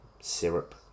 syrup